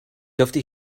dürfte